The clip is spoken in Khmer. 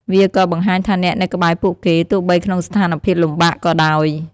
វាក៏បង្ហាញថាអ្នកនៅក្បែរពួកគេ ទោះបីក្នុងស្ថានភាពលំបាកក៏ដោយ។